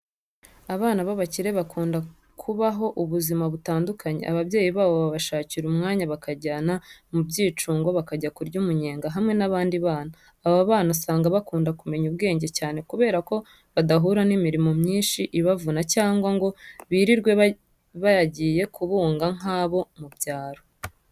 Abana b'abakire bakunda kubaho uzima butandukane. Abyeyi babo babashakira umwanya bakabajyana mu byicungo bakajya kurya umunyenga hamwe n'abandi bana. Aba bana usanga bakunda kumenya ubwenge cyane kubera ko badahura n'imirimo myinshi ibavuna cyangwa ngo birirwe bagiye kubunga nk'abo mu byaro.